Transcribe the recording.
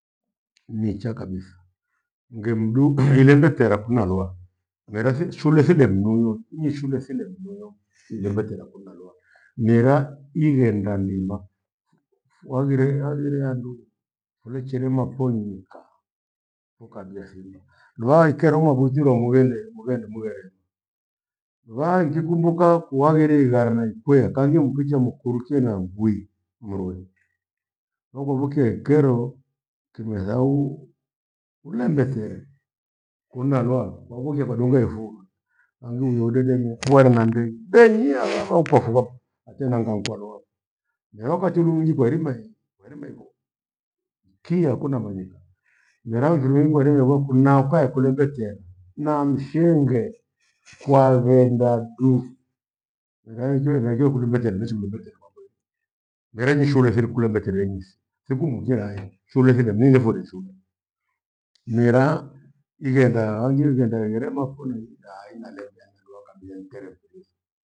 Nicha kabitha, ningemndu ilembetera kunalwaa. Mera thi shule thidemnyua inyi shule sinde mnyua ighenda tera kunaluwa. Nyeraa ighenda ndima fu- waghire haghire- haghire handu fulechiremapho nyika. Ukagie thimba luvaha ikero mwaphuzi ruwa mughende mughere- mugherema. Luvaha nkikumbuka kuhaghire ighara na ikwea kangi mukicha mukuruche nangwi mruwe. Vakubukhe ikero kimethau- urembethere kunalwaa kwa vukia kwanduga ifugha hangi uyo udedemia huare nandeyi benyiia aghapha ukapuvaghu katenanga gharua ndewa wakati duny'uji kwairimeh- kwarimahivo ki- hakuna manyika. Mera mfiri gwairima gwaku nauka kwelimbetea namshenge kwaghenda du ngharekio henachio kulembe therithi nichimbembetia kwakenyi. Mera ichi shule shule thirikula mbeterenyi nyise thikumukia hai shule thiri mini furi ithuri. Meraa ighenda hangire ighenda irema konde daah! inalebea na ghoka bilantere kabitha.